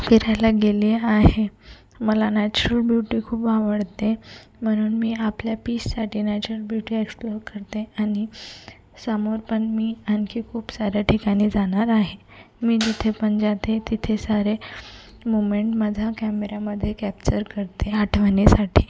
फिरायला गेले आहे मला नॅचरल ब्युटी खूप आवडते म्हणून मी आपल्या पीससाठी नॅचरल ब्युटी एक्सप्लोर करते आणि समोर पण मी आणखी खूप साऱ्या ठिकाणी जाणार आहे मी जिथे पण जाते तिथे सारे मुमेंट माझ्या कॅमेरामध्ये कॅप्चर करते आठवणीसाठी